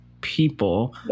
people